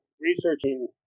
researching